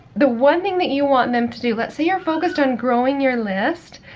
the one thing that you want them to do, let's say you're focused on growing your list,